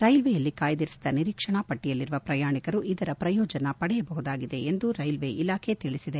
ರೈಲ್ವೆಯಲ್ಲಿ ಕಾಯ್ದಿರಿಸಿದ ನಿರೀಕ್ಷಣಾಪಟ್ಟಯಲ್ಲಿರುವ ಪ್ರಯಾಣಿಕರು ಇದರ ಪ್ರಯೋಜನ ಪಡೆಯಬಹುದಾಗಿದೆ ಎಂದು ರೈಲ್ವೆ ಇಲಾಖೆ ತಿಳಿಬದೆ